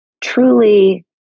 truly